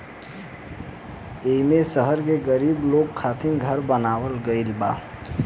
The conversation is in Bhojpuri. एईमे शहर के गरीब लोग खातिर घर बनावल गइल बा